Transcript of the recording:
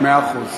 מאה אחוז.